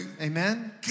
amen